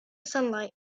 sunlight